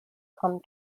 come